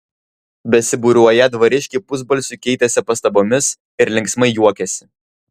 besibūriuoją dvariškiai pusbalsiu keitėsi pastabomis ir linksmai juokėsi